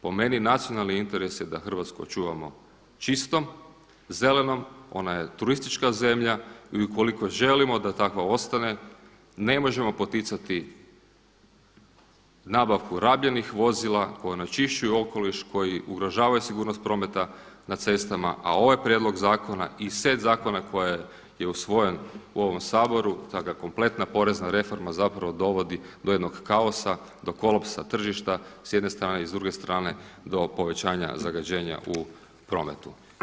Po meni nacionalni interes je da Hrvatsku očuvamo čistom, zelenom, ona je turistička zemlja i ukoliko želimo da takva ostane ne možemo poticati nabavku rabljenih vozila koja onečišćuju okoliš, koja ugrožavaju sigurnost prometa na cestama, a ovaj prijedlog zakona i set zakona koji je usvojen u ovom Saboru da ga kompletna porezna reforma zapravo dovodi do jednog kaosa, do kolapsa tržišta s jedne strane, i s druge strane do povećanja zagađenja u prometu.